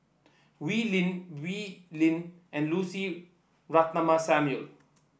Wee Lin Wee Lin and Lucy Ratnammah Samuel